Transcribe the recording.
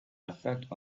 effect